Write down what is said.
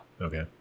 Okay